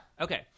Okay